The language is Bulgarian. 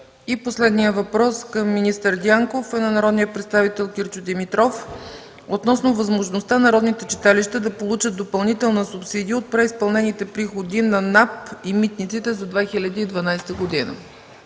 Последният въпрос към министър Дянков е от народния представител Кирчо Димитров относно възможността народните читалища да получат допълнителна субсидия от преизпълнените приходи на НАП и митниците за 2012 г.